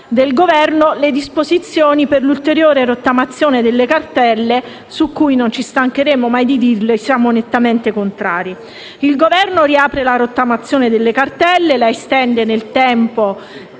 invece le disposizioni per l'ulteriore rottamazione delle cartelle, su cui non ci stancheremo mai di dire che siamo nettamente contrari. Il Governo riapre la rottamazione delle cartelle, la estende nel tempo